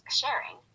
sharing